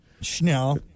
Schnell